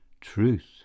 Truth